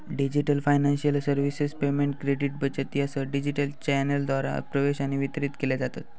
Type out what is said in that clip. digital financial services payment, credit, बचत यासह digital चॅनेलद्वारा प्रवेश आणि वितरित केल्या जातत